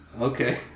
Okay